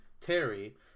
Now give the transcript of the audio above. Terry